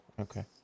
okay